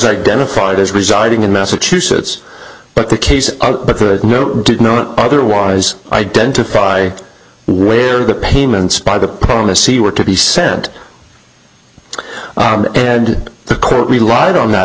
identified as residing in massachusetts but the case but the note did not otherwise identify where the payments by the policy were to be sent and the court relied on that